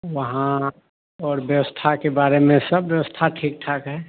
वहाँ और व्यवस्था के बारे में सब व्यवस्था ठीक ठाक है